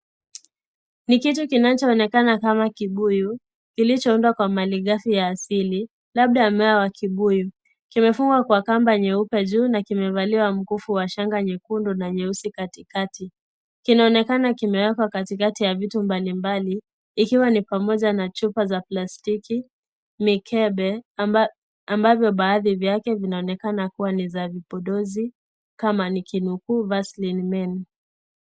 Ni kitu kinachoonekana kama kibuyu kilichoundwa kwa Mali kavu ya asili labda mawe wa kibuyu. Kimefungwa kwa kamba nyeupe juu na kimevaliwa Mkufu wa shanga nyekundu na nyeusi kati kati. Kinaonekana kimewekwa kati kati ya vitu mbalimbali ikiwa ni pamoja na chupa za plastiki, mikebe ambazo baadhi vyake vinaonekana kuwa ni za upodozi kama nikinukuu "Verseline Men".